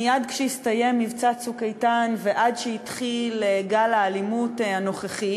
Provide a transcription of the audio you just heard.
מייד כשהסתיים מבצע "צוק איתן" ועד שהתחיל גל האלימות הנוכחי